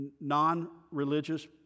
non-religious